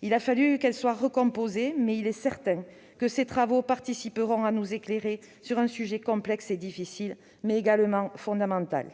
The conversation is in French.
Il a fallu qu'elle soit recomposée, mais il est certain que ses travaux contribueront à nous éclairer sur un sujet complexe et difficile, mais également fondamental.